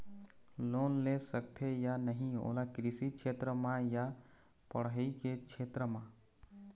Loan ले सकथे या नहीं ओला कृषि क्षेत्र मा या पढ़ई के क्षेत्र मा?